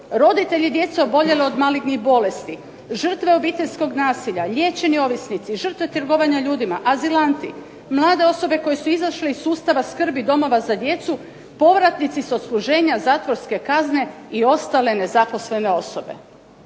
roditelji djece oboljele od malignih bolesti, žrtve obiteljskog nasilja, liječeni ovisnici, žrtve trgovanja ljudima, azilanti, mlade osobe koje su izašle iz sustava skrbi domova za djecu, povratnici s odsluženja zatvorske kazne i ostale nezaposlene osobe.